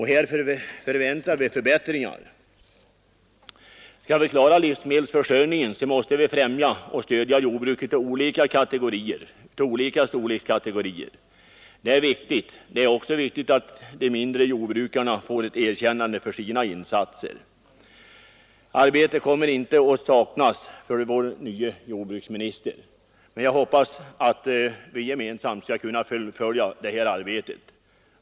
Härvidlag förväntar vi förbättringar. Skall vi klara livsmedelsförsörjningen är det viktigt att främja och stödja jordbruk av olika kategorier och olika storlekar. Det är också viktigt att småjordbrukarna får ett erkännande för sina insatser. Arbete kommer inte att saknas för vår nye jordbruksminister, men jag hoppas att vi gemensamt skall kunna fullfölja det här arbetet.